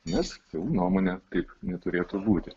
nes jų nuomone taip neturėtų būti